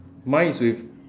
mine is with